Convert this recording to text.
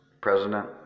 President